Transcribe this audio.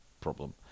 problem